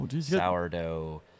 Sourdough